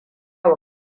wa